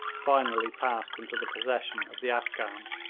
finally passed into the possession of the afghans.